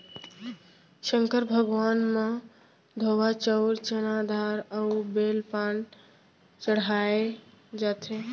संकर भगवान म धोवा चाउंर, चना दार अउ बेल पाना चड़हाए जाथे